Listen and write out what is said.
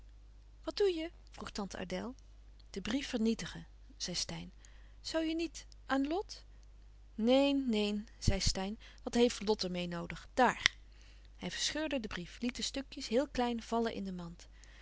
wat doe je vroeg tante adèle den brief vernietigen zei steyn zoû je niet aan lot neen neen zei steyn wat heeft lot er meê noodig daar hij verscheurde den brief liet de stukjes heel klein vallen in de mand